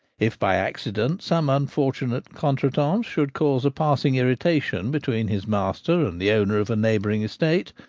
if by accident some unfortunate, contretemps should cause a passing irritation between his master and the owner of a neighbouring estate,